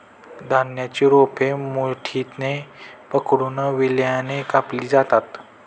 धान्याची रोपे मुठीने पकडून विळ्याने कापली जातात